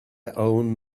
own